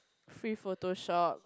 free photoshop